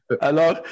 Alors